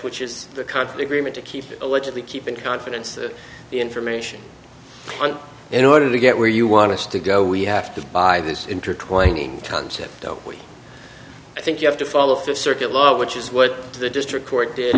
which is the conflict remit to keep allegedly keeping confidence of the information in order to get where you want us to go we have to buy this intertwining concept don't we i think you have to follow the circuit law which is what the district court did